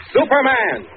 Superman